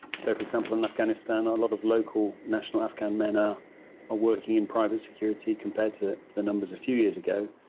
so, for example, in afghanistan a lot of local national afghan men are ah working in private security compared to the numbers a few years ago.